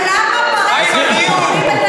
אבל למה פערי התיווך,